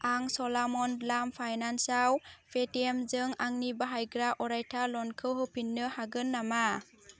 आं च'लामन्डलाम फाइनान्स आव पेटिएमजों आंनि बाहायग्रा अरायथा ल'नखौ होफिन्नो हागोन नामा